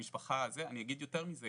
אני אגיד יותר מזה,